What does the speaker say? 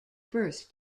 birth